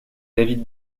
david